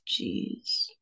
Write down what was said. jeez